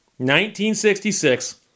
1966